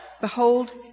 Behold